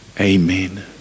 Amen